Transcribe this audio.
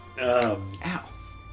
Ow